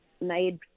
made